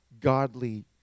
godly